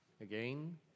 Again